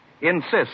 Insist